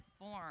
born